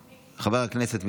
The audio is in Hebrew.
מוותרת.